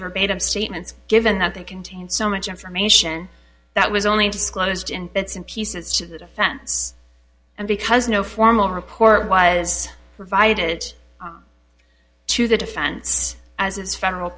verbatim statements given that they contain so much information that was only disclosed in bits and pieces to the defense and because no formal report was provided to the defense as is federal